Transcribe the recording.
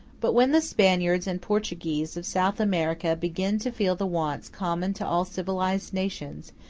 but when the spaniards and portuguese of south america begin to feel the wants common to all civilized nations,